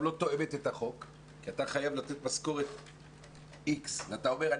לא תואמת את החוק כי אתה חייב לתת משכורתX ואתה אומר,